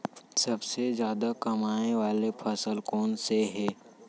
सबसे जादा कमाए वाले फसल कोन से हे?